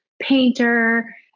painter